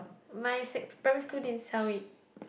my sec primary school didn't sell it